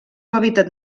hàbitat